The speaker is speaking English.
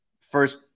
first